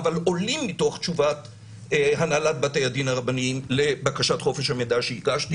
אבל עולים מתוך תשובת הנהלת בתי הדין הרבניים לבקשת חופש המידע שהגשתי